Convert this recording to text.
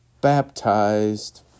baptized